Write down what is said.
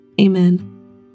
Amen